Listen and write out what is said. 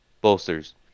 bolsters